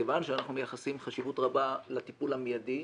מכיוון שאנחנו מייחסים חשיבות רבה לטיפול המיידי,